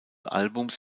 albums